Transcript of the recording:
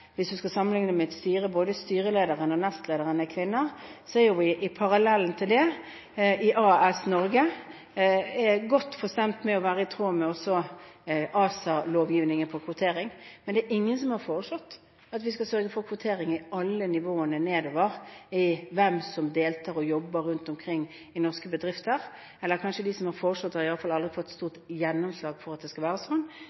hvis en skal sammenligne med et styre der både styrelederen og nestlederen er kvinner – er vi parallelt med det i AS Norge godt forspent med å være i tråd med også ASA-lovgivningen når det gjelder kvotering. Men det er ingen som har foreslått at vi skal sørge for kvotering i alle nivåene nedover med hensyn til hvem som deltar og jobber rundt omkring i norske bedrifter. De som har foreslått det, har i alle fall aldri fått